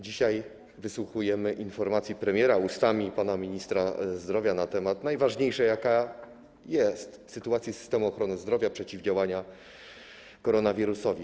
Dzisiaj wysłuchujemy informacji premiera z ust pana ministra zdrowia na temat najważniejszy, jaki jest: sytuacja systemu ochrony zdrowia, przeciwdziałanie koronawirusowi.